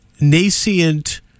nascent